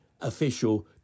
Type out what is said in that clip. official